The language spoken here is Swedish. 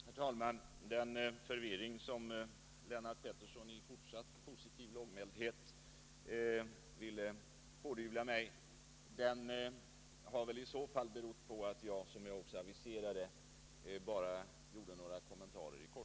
Herr talman! Den förvirring som Lennart Pettersson i fortsatt positiv lågmäldhet ville pådyvla mig har väl i så fall berott på att jag, som jag också aviserade, bara gjorde några kommentarer i korthet.